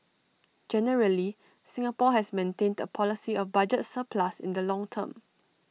generally Singapore has maintained A policy of budget surplus in the long term